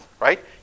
right